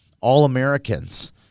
All-Americans